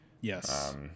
Yes